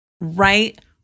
right